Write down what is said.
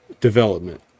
development